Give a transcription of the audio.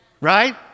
Right